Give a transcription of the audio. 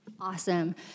Awesome